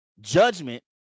judgment